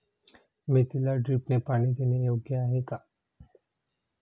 मेथीला ड्रिपने पाणी देणे योग्य आहे का?